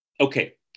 Okay